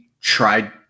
tried